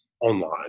online